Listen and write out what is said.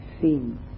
seen